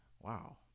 Wow